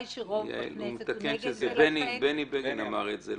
אני מתקן שבני בגין אמר את זה,